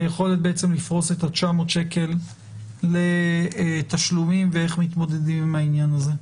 היכולת לפרוס את ה-900 שקל לתשלומים ואיך מתמודדים עם העניין הזה.